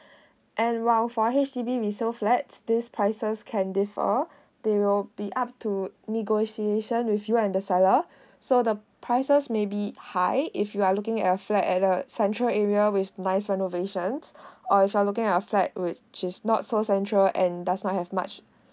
and while for H_D_B resale flats this prices can differ they will be up to negotiation with you and the seller so the prices maybe high if you are looking at your flat at the central area with nice renovations or if you're looking a flat which is not so central and does not have much